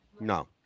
No